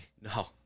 No